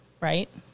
right